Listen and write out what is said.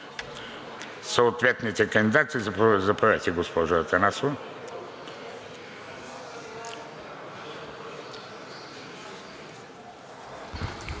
съответните кандидати. Заповядайте, госпожо Атанасова.